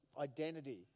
identity